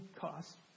cost